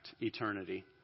eternity